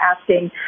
asking